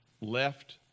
left